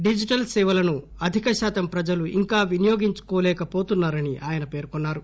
digital సేవలను అధికశాతం ప్రజలు ఇంకా వినియోగించుకోలేకవోతున్నారని ఆయన పేర్కొన్నారు